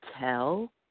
tell